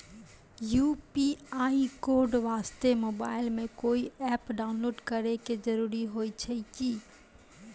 UPI code वास्ते mobile मे कोय एप्प डाउनलोड करे के जरूरी होय छै की?